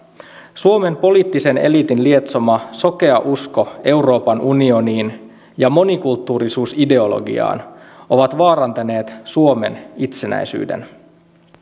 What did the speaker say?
suomen poliittisen eliitin lietsoma sokea usko euroopan unioniin ja monikulttuurisuusideologiaan ovat vaarantaneet suomen itsenäisyyden